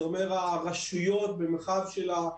זה אומר הרשויות במרחב של 0